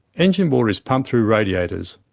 engine water is pumped through radiators.